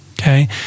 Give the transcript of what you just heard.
Okay